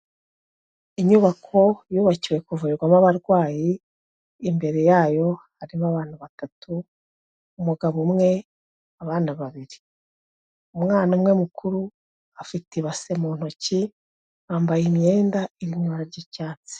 Inyubako yubakiwe kuvurirwamo abarwayi, imbere yayo harimo abantu batatu, umugabo umwe, abana babiri, umwana umwe mukuru afite ibase mu ntoki, bambaye imyenda iri mu ibara ry'icyatsi.